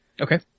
Okay